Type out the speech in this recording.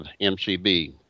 MCB